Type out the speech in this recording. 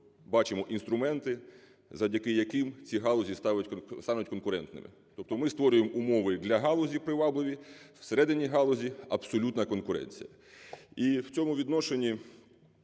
бачимо інструменти, завдяки яким ці галузі стануть конкурентними. Тобто ми створюємо умови для галузі привабливі, всередині галузі абсолютна конкуренція. І в цьому відношенні